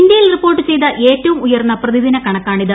ഇന്ത്യയിൽ റിപ്പോർട്ട് ചെയ്ത ഏറ്റവും ഉയർന്ന പ്രതിദിന കണക്കാണിത്